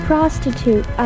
prostitute